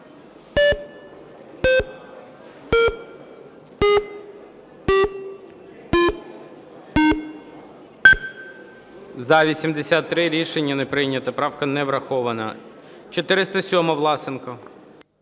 За-83 Рішення не прийнято. Правка не врахована. 407-а, Власенко.